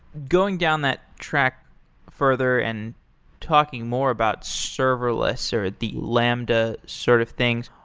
going down that track further and talking more about serverless or the lambda sort of things,